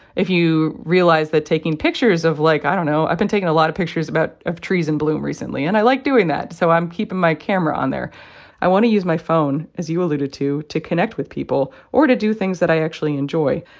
if you realize that taking pictures of, like i don't know. i've been taking a lot of pictures about of trees in bloom recently, and i like doing that, so i'm keeping my camera on there i want to use my phone, as you alluded to, to connect with people or to do things that i actually enjoy.